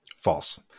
False